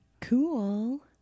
Cool